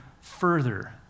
further